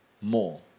more